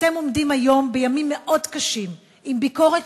אתם עומדים היום בימים מאוד קשים עם ביקורת